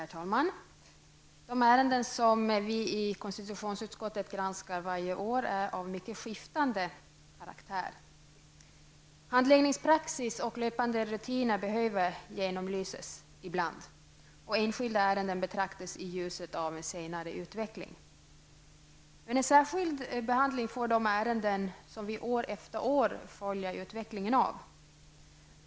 Herr talman! De ärenden som vi i konstitutionsutskottet granskar varje år är av mycket skiftande karaktär. Handläggningspraxis och löpande rutiner behöver genomlysas ibland och enskilda ärenden betraktas i ljuset av senare utveckling. En särskild behandling får de ärenden som vi år efter år följer utvecklingen av.